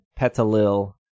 Petalil